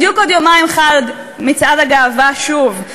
בדיוק עוד יומיים חל מצעד הגאווה שוב,